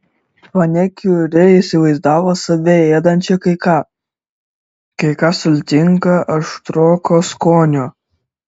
ponia kiuri įsivaizdavo save ėdančią kai ką kai ką sultinga aštroko skonio